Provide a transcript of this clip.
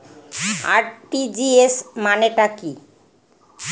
RTGS মানে টা কি?